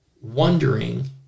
wondering